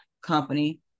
company